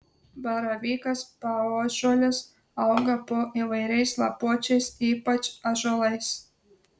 baravykas paąžuolis auga po įvairiais lapuočiais ypač ąžuolais